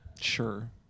Sure